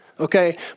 Okay